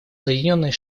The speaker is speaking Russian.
соединенные